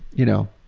you know,